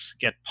get